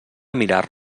mirar